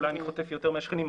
אולי אני חוטף יותר מהשכנים.